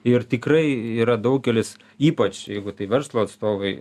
ir tikrai yra daugelis ypač jeigu tai verslo atstovai